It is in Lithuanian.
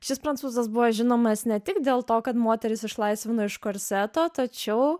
šis prancūzas buvo žinomas ne tik dėl to kad moteris išlaisvino iš korseto tačiau